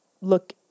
look